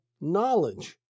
knowledge